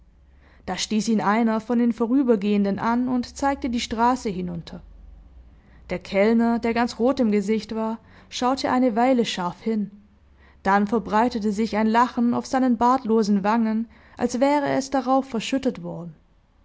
da stieß ihn einer von den vorübergehenden an und zeigte die straße hinunter der kellner der ganz rot im gesicht war schaute eine weile scharf hin dann verbreitete sich ein lachen auf seinen bartlosen wangen als wäre es darauf verschüttet worden